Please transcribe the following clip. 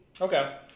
Okay